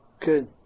Good